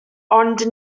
ond